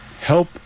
help